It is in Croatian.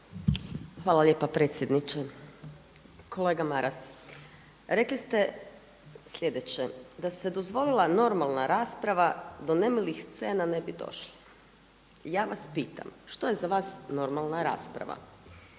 Marija (HDZ)** Kolega Maras, rekli ste slijedeće da se dozvolila normalna rasprava do nemilih scena ne bi došlo. Ja vas pitam što je za vas normalna rasprava,